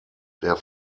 der